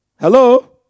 Hello